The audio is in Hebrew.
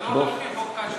זה לא רק חוק השבות,